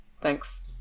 Thanks